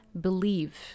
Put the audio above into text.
believe